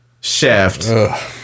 Shaft